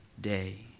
day